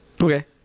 Okay